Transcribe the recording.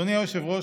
אדוני היושב-ראש,